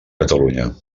catalunya